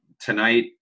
tonight